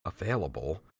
available